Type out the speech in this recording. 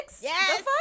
Yes